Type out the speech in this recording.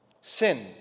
sin